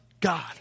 God